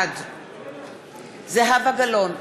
בעד זהבה גלאון,